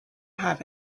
have